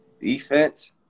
Defense